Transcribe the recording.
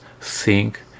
sink